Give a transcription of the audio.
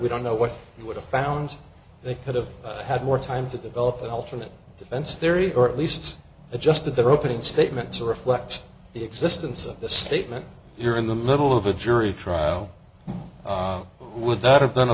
we don't know what he would have found they could have had more time to develop an alternate defense theory or at least adjusted their opening statement to reflect the existence of the statement here in the middle of a jury trial would that have